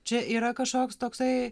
čia yra kažkoks toksai